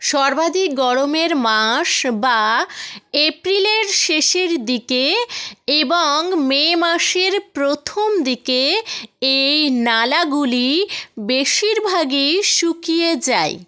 সর্বাধিক গরমের মাস বা এপ্রিলের শেষের দিকে এবং মে মাসের প্রথম দিকে এই নালাগুলি বেশিরভাগই শুকিয়ে যায়